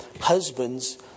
Husbands